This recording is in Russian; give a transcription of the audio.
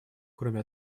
кроме